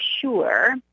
sure